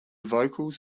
vocals